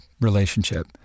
relationship